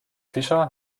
fischer